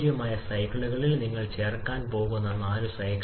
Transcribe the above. എടുക്കൽ ഈ വശത്തുള്ള എല്ലാം നമുക്ക് സിവി 1